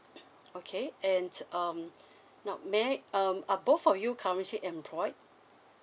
okay and um now may I um are both of you currently employed